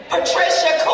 Patricia